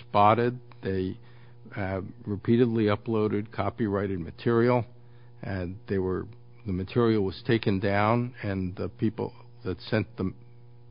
spotted they have repeatedly uploaded copyrighted material and they were the material was taken down and the people that sent the